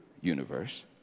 universe